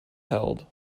held